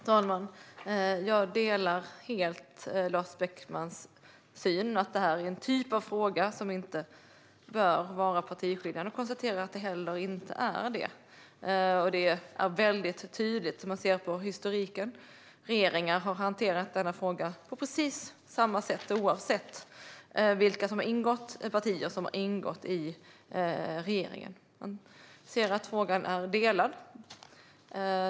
Fru talman! Jag delar helt Lars Beckmans syn att detta är en typ av fråga som inte bör vara partiskiljande, och jag konstaterar att det inte heller är det. Det är mycket tydligt när man ser på historiken. Regeringar har hanterat denna fråga på precis samma sätt oavsett vilka partier som har ingått i dessa regeringar. Frågan är delad.